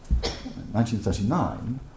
1939